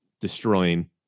destroying